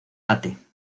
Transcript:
tate